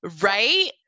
Right